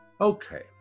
Okay